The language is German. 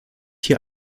hier